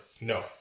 no